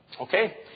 Okay